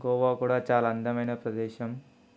గోవా కూడా చాలా అందమైన ప్రదేశం